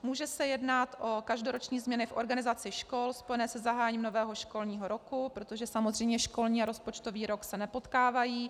Může se jednat o každoroční změny v organizaci škol spojené se zahájením nového školního roku, protože samozřejmě školní a rozpočtový rok se nepotkávají.